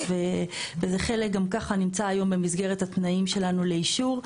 וזה חלק גם ככה נמצא היום במסגרת התנאים שלנו לאישור.